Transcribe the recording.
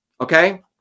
okay